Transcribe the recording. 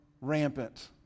rampant